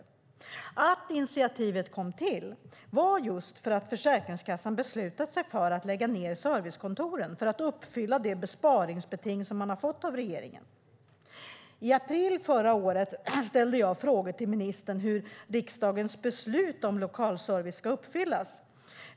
Bakgrunden till initiativet var att Försäkringskassan beslutat att lägga ned servicekontoren för att uppfylla det besparingsbeting man fått av regeringen. I april förra året ställde jag frågor till ministern om hur riksdagens beslut om lokalservice ska uppfyllas.